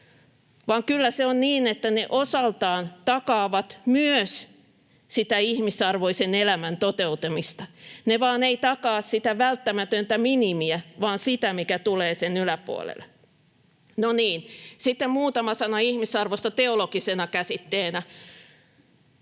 vaan kyllä se on niin, että ne osaltaan takaavat myös sitä ihmisarvoisen elämän toteutumista. Ne vain eivät takaa sitä välttämätöntä minimiä vaan sitä, mikä tulee sen yläpuolelle. No niin, sitten muutama sana ihmisarvosta teologisena käsitteenä: